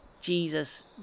Jesus